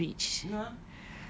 because he's rich